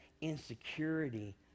insecurity